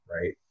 right